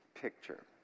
picture